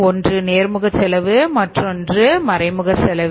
ஒன்று நேர்முக செலவு மற்றொன்று மறைமுக செலவு